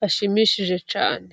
bashimishije cyane.